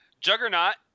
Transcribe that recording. juggernaut